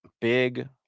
big